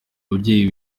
mubyeyi